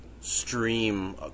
stream